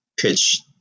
pitch